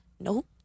nope